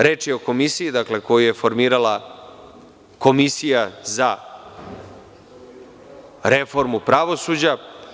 Reč je o komisiji koju je formirala Komisija za reformu pravosuđa.